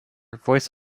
voice